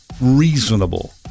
reasonable